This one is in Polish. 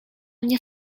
mnie